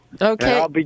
Okay